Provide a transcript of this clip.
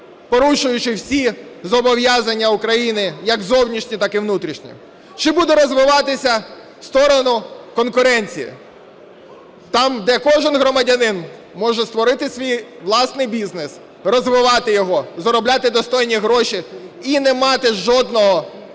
порушуючи всі зобов'язання України, як зовнішні, так і внутрішні; чи буде розвиватися в сторону конкуренції – там, де кожен громадянин може створити свій власний бізнес, розвивати його, заробляти достойні гроші і не мати жодного бар'єру